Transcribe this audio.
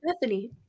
Bethany